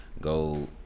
go